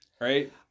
right